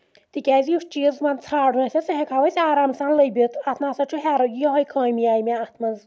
تِکیازِ یُس چیٖز وَن ژھانڈُن سُہ ہیٚکہو أسۍ آرام سان لٔبِتھ اَتھ نسا چھُ ہیر یِہوے خٲمی آیہِ مےٚ اَتھ منٛز